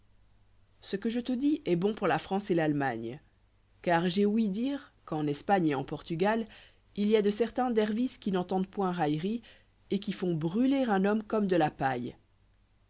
ce que je te dis est bon pour la france et l'allemagne car j'ai ouï dire qu'en espagne et en portugal il y a de certains dervis qui n'entendent point raillerie et qui font brûler un homme comme de la paille